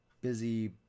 busy